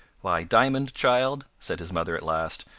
why, diamond, child! said his mother at last,